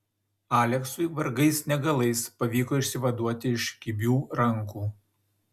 aleksui vargais negalais pavyko išsivaduoti iš kibių rankų